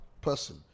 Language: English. person